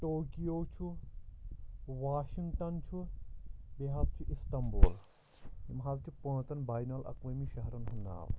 Tokyo چھُ Washington چھُ بیٚیہِ حظ چھُ اِستامبُل یِم حظ چھِ پانٛژَن بینُ الاقوٲمی شہرن ہنٛدۍ ناو